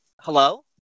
hello